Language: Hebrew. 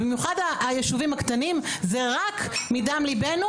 במיוחד היישובים הקטנים זה רק מדם ליבנו